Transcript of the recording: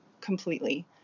completely